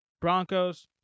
Broncos